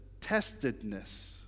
testedness